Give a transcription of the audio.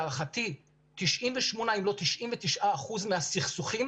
לערכתי 98 אחוזים, אם לא 99 אחוזים מהסכסוכים